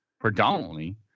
predominantly